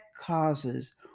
causes